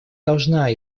должна